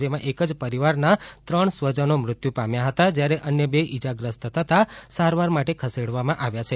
જેમાં એક જ પરીવારના ત્રણ સ્વજનો મૃત્યુ પામ્યા હતા જ્યારે અન્ય બે ઇજાગ્રસ્ત થતા સારવાર માટે ખસેડવામાં આવ્યા છે